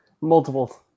multiple